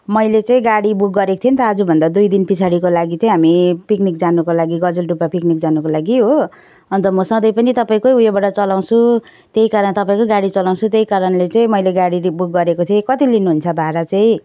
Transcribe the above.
मैले चाहिँ गाडी बुक गरेको थिएँ नि त आजभन्दा दुई दिन पछाडिको लागि चाहिँ हामी पिक्निक जानुको लागि गजलडुबा पिक्निक जानुको लागि हो अन्त म सधैँ पनि तपाईँकै उयोबाट चलाउँछु त्यही कारण तपाईँकै गाडी चलाउँछु त्यही कारणले चाहिँ मैले गाडीले बुक गरेको थिएँ कति लिनुहुन्छ भाडा चाहिँ